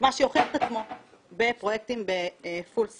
מה שיוכיח את עצמו בפרויקטים באופן מלא.